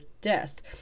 death